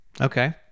Okay